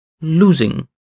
losing